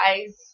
guys